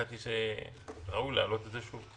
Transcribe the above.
חשבתי שראוי להעלות את זה שוב.